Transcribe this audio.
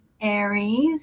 Aries